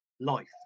life